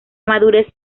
madurez